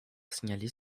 signaler